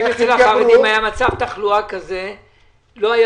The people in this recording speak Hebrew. אצל החרדים היה מצב תחלואה כזה שלא היו